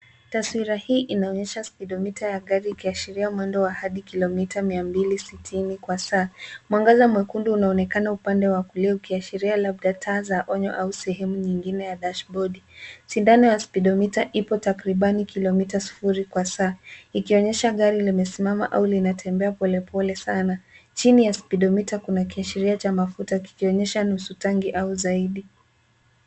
Taswira hii inaonyesha speedometer ya gari, ikiashiria mwendo wa hadi kilomita mia mbili sitini kwa saa. Mwangaza mwekundu unaonekana upande wa kulia, ukiashiria labda taa za onyo au sehemu nyingine ya dashibodi. Sindano ya speedometer ipo takribani kilometer sufuri kwa saa, ikionyesha gari limesimama au linatembea polepole sana. Chini ya speedometer kuna kiashiria cha mafuta, kikionyesha nusu tanki au zaidi.